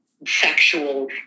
sexual